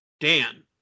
Dan